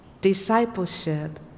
discipleship